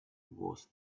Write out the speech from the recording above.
was